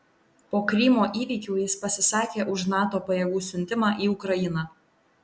po krymo įvykių jis pasisakė už nato pajėgų siuntimą į ukrainą